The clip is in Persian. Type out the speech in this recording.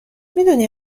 میدونی